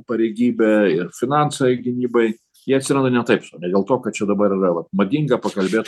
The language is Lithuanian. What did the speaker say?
pareigybė ir finansai gynybai jie atsiranda ne taip sau ne dėl to kad čia dabar yra vat madinga pakalbėt